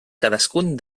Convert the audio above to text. cadascun